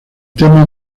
tema